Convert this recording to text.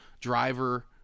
Driver